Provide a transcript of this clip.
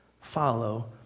follow